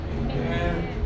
Amen